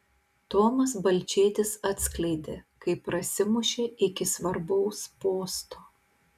tomas balčėtis atskleidė kaip prasimušė iki svarbaus posto